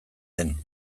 den